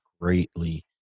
greatly